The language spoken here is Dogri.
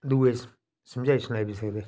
दुए गी समझाई सनाई बी सकदे